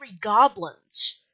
goblins